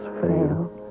fail